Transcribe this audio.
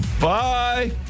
Bye